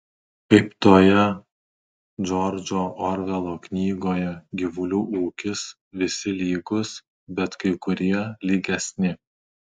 kaip toje džordžo orvelo knygoje gyvulių ūkis visi lygūs bet kai kurie lygesni